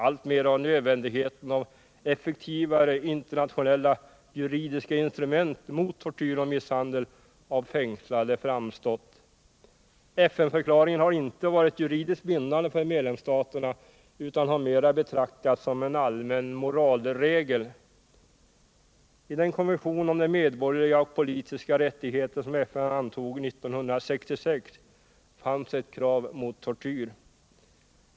Alltmer har nödvändigheten av effektivare internationella juridiska instrument mot tortyr och misshandel av fängslade framstått. FN-förklaringen har inte varit juridiskt bindande för medlemsstaterna utan har mera betraktats som en allmän moralregel. I den konvention om de medborgerliga och politiska rättigheter som FN antog 1966 fanns ett krav mot tortyr.